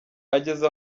ageze